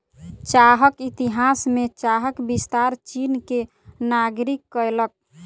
चाहक इतिहास में चाहक विस्तार चीन के नागरिक कयलक